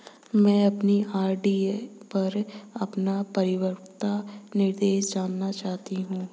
मैं अपनी आर.डी पर अपना परिपक्वता निर्देश जानना चाहती हूँ